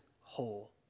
whole